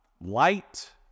light